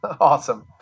awesome